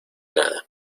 nada